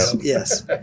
Yes